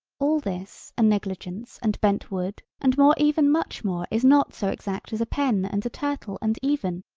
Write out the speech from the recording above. all this and negligence and bent wood and more even much more is not so exact as a pen and a turtle and even,